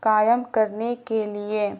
قائم کرنے کے لیے